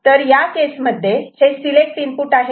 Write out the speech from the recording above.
तर या केस मध्ये हे सिलेक्ट इनपुट आहे